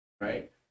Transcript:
right